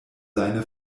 seine